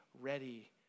ready